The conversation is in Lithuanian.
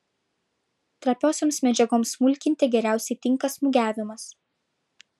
trapiosioms medžiagoms smulkinti geriausiai tinka smūgiavimas